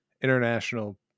international